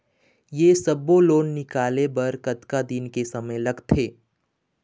ये सब्बो लोन निकाले बर कतका दिन के समय लगथे?